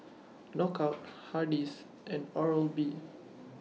Knockout Hardy's and Oral B